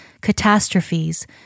catastrophes